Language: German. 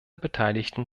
beteiligten